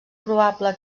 probable